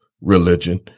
religion